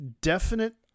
definite